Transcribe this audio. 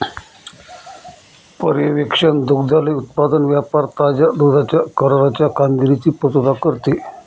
पर्यवेक्षण दुग्धालय उत्पादन व्यापार ताज्या दुधाच्या कराराच्या कामगिरीची पुर्तता करते